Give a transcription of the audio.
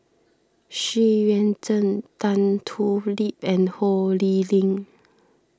Xu Yuan Zhen Tan Thoon Lip and Ho Lee Ling